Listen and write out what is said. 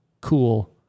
cool